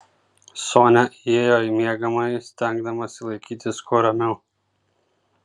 sonia įėjo į miegamąjį stengdamasi laikytis kuo ramiau